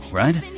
right